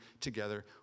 together